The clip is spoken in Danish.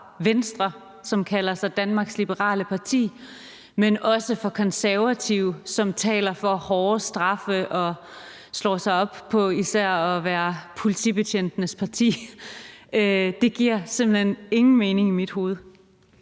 Venstre, som kalder sig Danmarks Liberale Parti, men også hos Konservative, som taler for hårde straffe og slår sig op på især at være politibetjentenes parti. Det giver simpelt hen ingen mening i mit hoved.